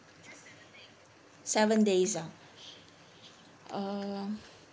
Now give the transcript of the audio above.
seven days ah um